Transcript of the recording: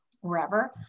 wherever